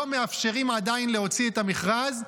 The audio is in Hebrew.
לא מאפשרים עדיין להוציא את המכרז.